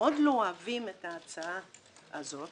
מאוד לא אוהבים את ההצעה הזאת